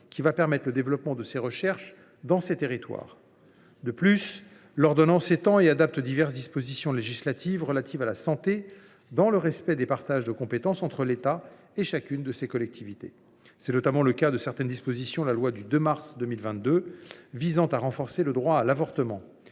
qui va permettre le développement de telles recherches dans les collectivités du Pacifique. De plus, l’ordonnance étend et adapte diverses dispositions législatives relatives à la santé, dans le respect des partages de compétences entre l’État et chacune de ces collectivités. C’est notamment le cas de certaines dispositions de la loi du 2 mars 2022 visant à renforcer le droit à l’avortement.